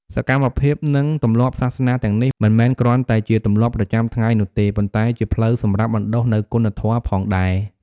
សកម្មភាពនិងទម្លាប់សាសនាទាំងនេះ មិនមែនគ្រាន់តែជាទម្លាប់ប្រចាំថ្ងៃនោះទេ ប៉ុន្តែជាផ្លូវសម្រាប់បណ្ដុះនូវគុណធម៌ផងដែរ។